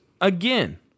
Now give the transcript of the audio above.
Again